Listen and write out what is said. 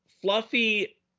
Fluffy